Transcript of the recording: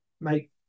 make